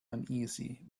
uneasy